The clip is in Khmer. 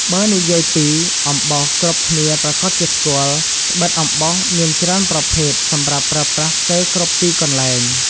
បើនិយាយពីអំបោសគ្រប់គ្នាប្រាកដជាស្គាល់ ត្បិតអំបោសមានច្រើនប្រភេទសម្រាប់ប្រើប្រាស់ស្ទើគ្រប់ទីកន្លែង ។